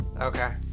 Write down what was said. Okay